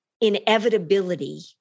inevitability